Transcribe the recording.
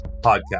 podcast